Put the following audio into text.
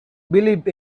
believe